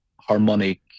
harmonic